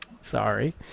sorry